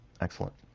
Excellent